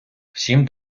всім